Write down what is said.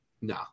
no